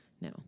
no